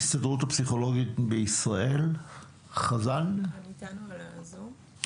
ההסתדרות הפסיכולוגית בישראל לא באו.